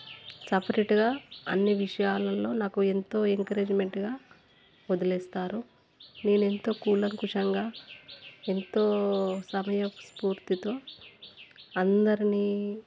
సపరేట్గా అన్నీ విషయాల్లో నాకు ఎంతో ఎంకరేజ్మెంట్గా వదిలేస్తారు నేనెంత కూలంకషంగా ఎంతో సమయస్ఫూర్తితో అందరినీ